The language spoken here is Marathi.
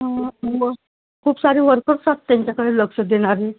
खूप सारे वर्कर्स आहेत त्यांच्याकडे लक्ष देणारे